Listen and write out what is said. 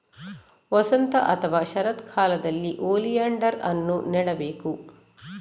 ವಸಂತ ಅಥವಾ ಶರತ್ಕಾಲದಲ್ಲಿ ಓಲಿಯಾಂಡರ್ ಅನ್ನು ನೆಡಬೇಕು